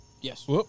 Yes